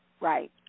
right